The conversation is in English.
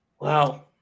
Wow